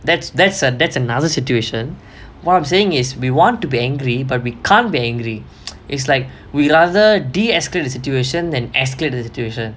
that's that's uh that's another situation what I'm saying is we want to be angry but we can't be angry it's like we rather de-escalate the situation and escalated the situation